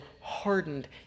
hardened